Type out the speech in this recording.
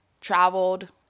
traveled